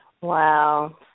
Wow